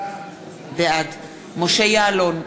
בעד משה יעלון,